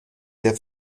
der